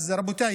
רבותיי,